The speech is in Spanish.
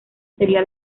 sería